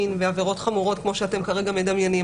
מין ועבירות חמורות כמו שאתם כרגע מדמיינים.